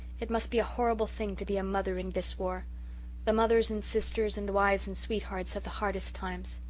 it must be a horrible thing to be a mother in this war the mothers and sisters and wives and sweethearts have the hardest times.